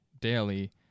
daily